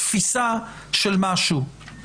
תפיסה של משהו,